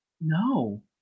no